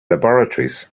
laboratories